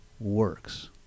works